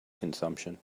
consumption